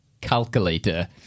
Calculator